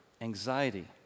anxiety